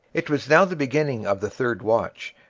it was now the beginning of the third watch,